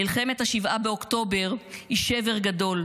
מלחמת 7 באוקטובר היא שבר גדול,